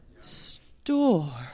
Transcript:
store